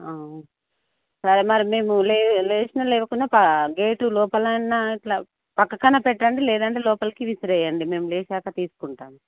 సరే మరి మేము లే లేచినా లేవకుండా గేటు లోపలన్నా ఇలా పక్కన పెట్టండి లేదంటే లోపలికి విసిరేయండి మేము లేచాక తీసుకుంటాం